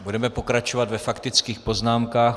Budeme pokračovat ve faktických poznámkách.